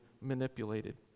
manipulated